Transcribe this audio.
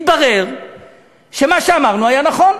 התברר שמה שאמרנו היה נכון.